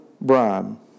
bribe